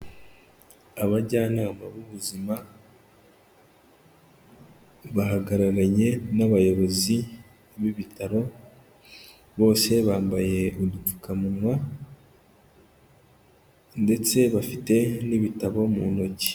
Abajyanama b'ubuzima, bahagararanye n'abayobozi b'ibitaro, bose bambaye udupfukamunwa, ndetse bafite n'ibitabo mu ntoki.